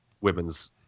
women's